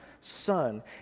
Son